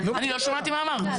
אני לא שמעתי מה אמרת.